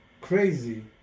crazy